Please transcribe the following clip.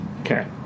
Okay